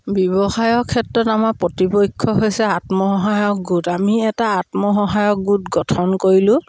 ব্যৱসায়ৰ ক্ষেত্ৰত আমাৰ প্ৰতিপক্ষ হৈছে আত্মসহায়ক গোট আমি এটা আত্মসহায়ক গোট গঠন কৰিলোঁ